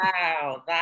wow